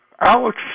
Alex